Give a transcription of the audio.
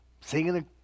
Singing